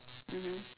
mmhmm